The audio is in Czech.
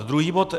Druhý bod.